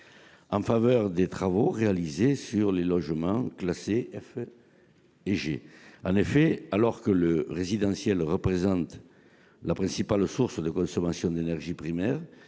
en faveur des travaux réalisés dans les logements classés en catégories F et G. Dès lors que le résidentiel représente la principale source de consommation d'énergie primaire